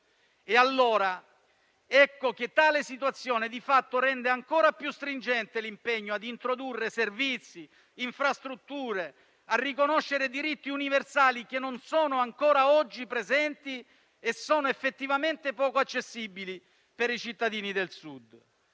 è sempre mancato. Tale situazione, di fatto, rende ancora più stringente l'impegno a introdurre servizi e infrastrutture e a riconoscere diritti universali che non sono ancora oggi presenti e sono effettivamente poco accessibili per i cittadini del Sud.